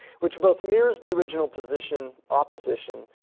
which both mirrors the original position, opposition,